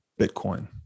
Bitcoin